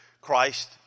Christ